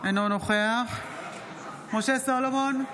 אינו נוכח משה סולומון,